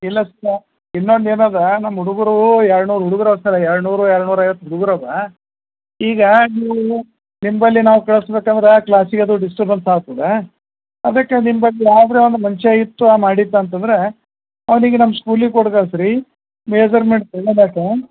ಇಲ್ಲ ಸರ ಇನ್ನೊಂದೇನು ಅದಾ ನಮ್ಮ ಹುಡ್ಗರು ಎರಡು ನೂರು ಹುಡುಗ್ರು ಅವ ಸರ ಎರಡು ನೂರು ಎರಡು ನೂರೈವತ್ತು ಹುಡ್ಗುರು ಅವೆ ಈಗ ನೀವು ನಿಮ್ಮಲ್ಲಿ ನಾವು ಕಳ್ಸ್ಬೇಕಂದ್ರೆ ಕ್ಲಾಸಿಗೆ ಅದು ಡಿಸ್ಟರ್ಬೆನ್ಸ್ ಆಗ್ತದೆ ಅದಕ್ಕೆ ನಿಮ್ಮಲ್ಲಿ ಮುಂಚೆ ಇತ್ತು ಆ ಮಾಡಿದ್ದು ಅಂತಂದರೆ ಅವ್ನಿಗೆ ನಮ್ಮ ಸ್ಕೂಲಿಗೆ ಕೊಟ್ಕಳ್ಸಿ ರೀ ಮೆಸರ್ಮೆಂಟ್